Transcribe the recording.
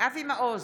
אבי מעוז,